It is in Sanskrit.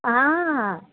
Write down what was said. आ